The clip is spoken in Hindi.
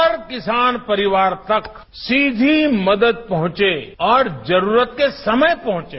हर किसान परिवार तक सीधी मदद पहुंचे और जरूरत के समय पहुंचे